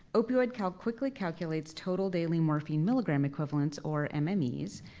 opioidcalc quickly calculates total daily morphine milligram equivalents, or um i mean mmes,